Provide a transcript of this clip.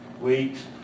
Weeks